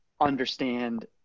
understand